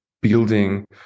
building